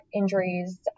injuries